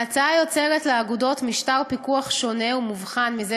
ההצעה יוצרת לאגודות משטר פיקוח שונה ומובחן מזה